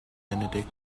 benedict